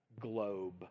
globe